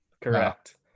correct